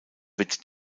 wird